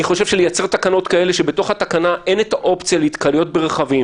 אם מייצרים תקנה שאין בה אופציה להתקהלויות ברכבים